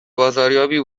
بازاریابی